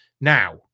Now